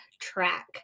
track